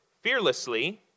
fearlessly